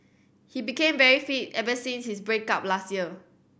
he became very fit ever since his break up last year